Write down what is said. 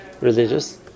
religious